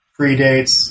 predates